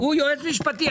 הוא יועץ משפטי,